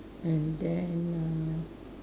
and then uh